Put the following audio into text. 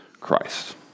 Christ